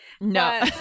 No